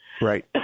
Right